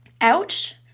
ouch